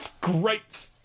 great